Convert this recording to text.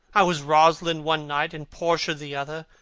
i was rosalind one night and portia the other.